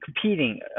competing